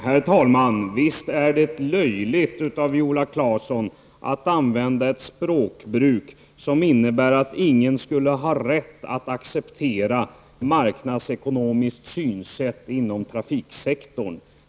Herr talman! Visst är det löjligt av Viola Claesson att använda ett språkbruk som innebär att ingen skulle ha rätt att acceptera ett marknadsekonomiskt synsätt inom trafiksektorn.